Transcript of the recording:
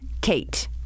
Kate